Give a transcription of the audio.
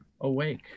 awake